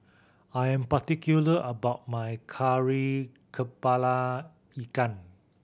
I am particular about my Kari Kepala Ikan